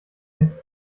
endlich